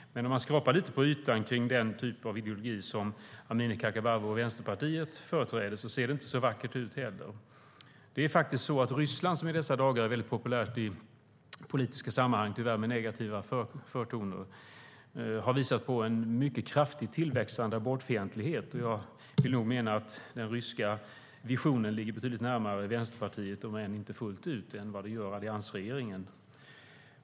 Men om man skrapar lite på ytan på den typ av ideologi som Amineh Kakabaveh och Vänsterpartiet företräder ser det inte heller så vackert ut. Ryssland, som i dessa dagar är väldigt populärt i politiska sammanhang - tyvärr med negativa förtoner - har visat på en mycket kraftigt tillväxande abortfientlighet. Jag vill nog mena att den ryska visionen ligger betydligt närmare Vänsterpartiet, om än inte fullt ut, än alliansregeringen.